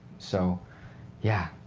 so yeah,